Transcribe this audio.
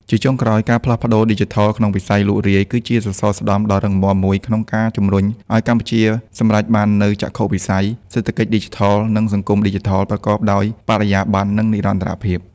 ជាចុងក្រោយ ការផ្លាស់ប្តូរឌីជីថលក្នុងវិស័យលក់រាយ គឺជាសសរស្តម្ភដ៏រឹងមាំមួយក្នុងការជំរុញឱ្យកម្ពុជាសម្រេចបាននូវចក្ខុវិស័យ "សេដ្ឋកិច្ចឌីជីថល និងសង្គមឌីជីថល" ប្រកបដោយបរិយាបន្ន និងនិរន្តរភាព។